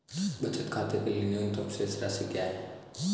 बचत खाते के लिए न्यूनतम शेष राशि क्या है?